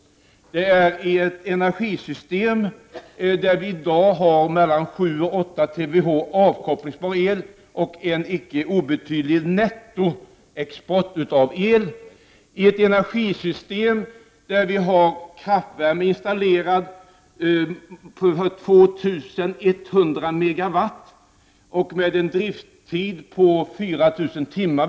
Det är ett energisystem som har mellan 7 och 8 TWh avkopplingsbar el och en icke obetydlig nettoexport av el. Det är ett energisystem där vi har kraftvärme installerad som omfattar 2 100 MW och med en driftstid på 4 000 timmar.